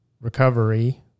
recovery